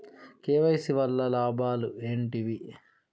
KYC వల్ల లాభాలు ఏంటివి?